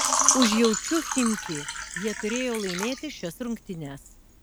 užjaučiu chimki jie turėjo laimėti šias rungtynes